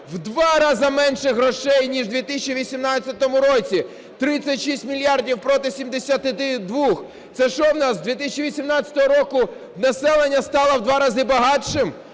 в два рази менше грошей, ніж у 2018 році: 36 мільярдів проти 72. Це що, в нас з 2018 року населення стало в два рази багатшим,